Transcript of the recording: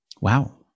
Wow